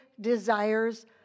desires